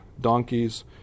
donkeys